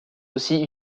aussi